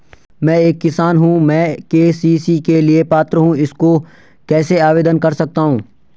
मैं एक किसान हूँ क्या मैं के.सी.सी के लिए पात्र हूँ इसको कैसे आवेदन कर सकता हूँ?